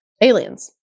aliens